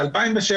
ב-2007,